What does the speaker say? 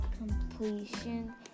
completion